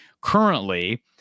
currently